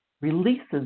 releases